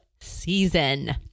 season